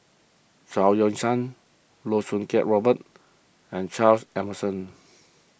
Chao Yoke San Loh Choo Kiat Robert and Charles Emmerson